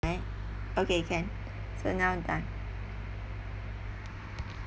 right okay can so now done